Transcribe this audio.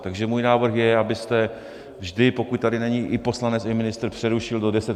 Takže můj návrh je, abyste vždy, pokud tady není i poslanec i ministr, přerušil do 10.50.